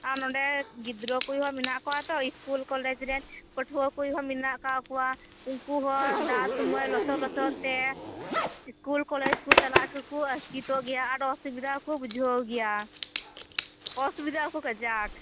ᱟᱨ ᱱᱚᱸᱰᱮ ᱜᱤᱰᱽᱨᱟᱹ ᱠᱚᱦᱚ ᱢᱮᱱᱟᱜ ᱠᱚᱣᱟ ᱛᱚ ᱤᱥᱠᱩᱞ ᱠᱚᱞᱮᱡᱽᱨᱮᱱ ᱯᱟᱹᱴᱷᱩᱣᱟᱹ ᱠᱚᱦᱚᱸ ᱢᱮᱱᱟᱜ ᱟᱠᱟᱫ ᱠᱚᱣᱟ ᱩᱱᱠᱩ ᱦᱚ ᱫᱟᱜ ᱥᱚᱢᱚᱭ ᱞᱚᱥᱚᱫ ᱞᱚᱥᱚᱫ ᱛᱮ ᱤᱥᱠᱩᱞ ᱠᱚᱞᱮᱡᱽ ᱠᱚ ᱪᱟᱞᱟᱜ ᱠᱚᱠᱚ ᱟᱥᱠᱮᱛᱚᱜ ᱜᱮᱭᱟ ᱟᱨ ᱚᱥᱩᱵᱤᱫᱟ ᱠᱚ ᱵᱩᱡᱷᱟᱹᱣ ᱜᱮᱭᱟ ᱚᱥᱩᱵᱤᱫᱟᱜ ᱟᱠᱚ ᱠᱟᱡᱟᱠ